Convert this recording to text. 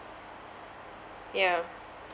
yeah